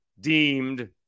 deemed